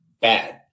bad